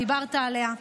דיברת עליה,